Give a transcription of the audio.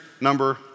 number